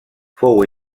fou